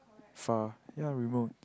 far ya we will